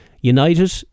United